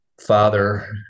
father